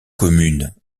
commune